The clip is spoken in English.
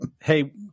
Hey